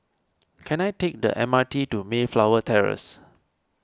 can I take the M R T to Mayflower Terrace